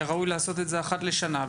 היה ראוי לעשות את זה אחת לשנה,